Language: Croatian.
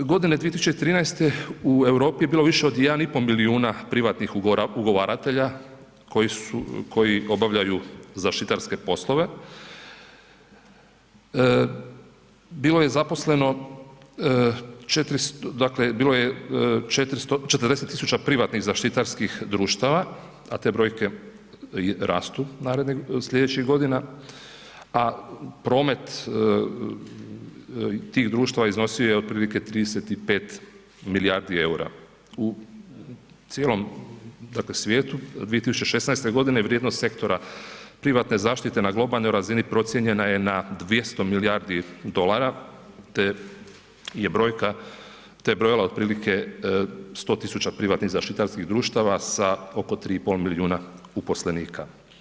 Godine 2013. u Europi je bilo više od 1,5 milijuna privatnih ugovaratelja, koji obavljaju zaštitarske poslove, bilo je zaposleno, dakle bilo je 40 tisuća privatnih zaštitarskih društava, a te brojke rastu narednih sljedećih godina, a promet tih društava iznosio je otprilike 35 milijardi eura u cijelom dakle, svijetu 2016.g. vrijednost sektora privatne zaštite na globalnoj razini, procijenjena je na 200 milijardi dolara, te je brojka, te je brojala otprilike 100 tisuća privatnih zaštitarskih društava, sa oko 3,5 milijuna uposlenika.